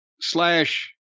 slash